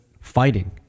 fighting